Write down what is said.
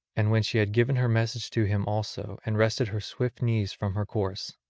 and when she had given her message to him also and rested her swift knees from her course,